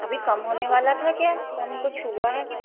अभी कम होने वाला था क्या कम कुछ हुआ है